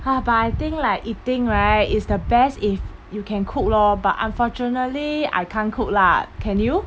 ha but I think like eating right is the best if you can cook lor but unfortunately I can't cook lah can you